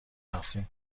تقسیم